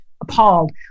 appalled